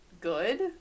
good